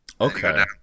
Okay